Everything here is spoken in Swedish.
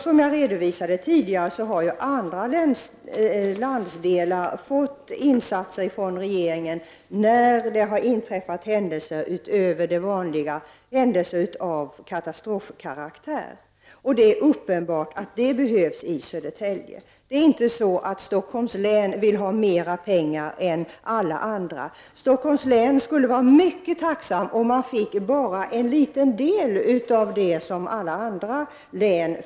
Som jag redovisade tidigare har regeringen gjort insatser i andra landsdelar när händelser utöver det vanliga inträffat, händelser som har karaktär av katastrof. Det är uppenbart att det behövs insatser också i Södertälje. Det är inte så, att det krävs mera pengar i Stockholms län än i andra län. Vi i Stockholms län skulle vara mycket tacksamma om vi fick åtminstone en liten del av vad man får i andra län.